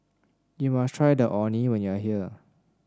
you must try the Orh Nee when you are here